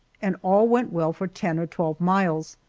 and all went well for ten or twelve miles,